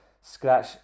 scratch